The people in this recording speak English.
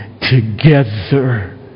together